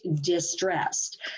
distressed